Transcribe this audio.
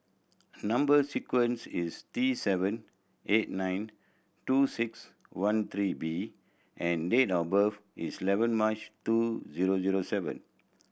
number sequence is T seven eight nine two six one three B and date of birth is eleven March two zero zero seven